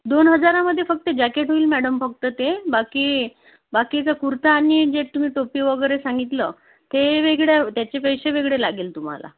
दोन हजारामध्ये फक्त जॅकेट होईल मॅडम फक्त ते बाकी बाकीचं कुर्ता आणि जे तुम्ही टोपी वगैरे जे तुम्ही सांगितलं ते वेगळं त्याचे पैसे वेगळे लागेल तुम्हाला